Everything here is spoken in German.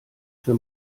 für